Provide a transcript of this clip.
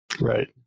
Right